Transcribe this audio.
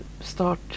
start